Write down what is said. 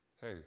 Hey